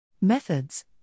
Methods